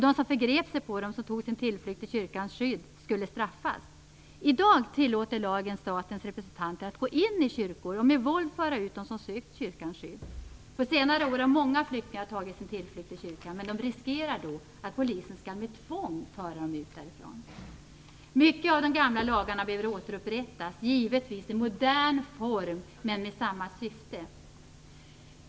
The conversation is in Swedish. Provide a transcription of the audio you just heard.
De som förgrep sig på dem som tog sin tillflykt till kyrkans skydd skulle straffas. I dag tillåter lagen statens representanter att gå in i kyrkor och med våld föra ut dem som sökt kyrkans skydd. På senare år har många flyktingar tagit sin tillflykt till kyrkan, men de riskerar att Polisen med tvång skall föra ut dem därifrån. Många av de gamla lagarna behöver återupprättas - givetvis i modern form, men med samma syfte.